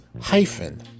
hyphen